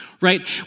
Right